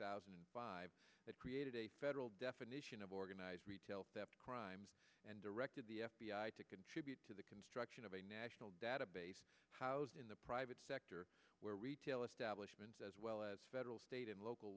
thousand and five that created a federal definition of organized retail theft crime and directed the f b i to contribute to the construction of a national database housed in the private sector where retail establishments as well as federal state and local